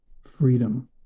freedom